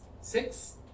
Six